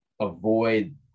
avoid